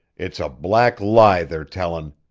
it's a black lie they're tellin'!